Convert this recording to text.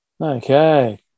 Okay